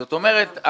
זאת אומרת,